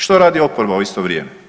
Što radi oporba u isto vrijeme?